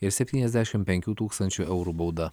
ir septyniasdešimt penkių tūkstančių eurų bauda